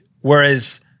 whereas